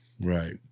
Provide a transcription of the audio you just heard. Right